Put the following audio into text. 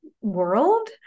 world